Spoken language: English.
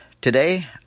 Today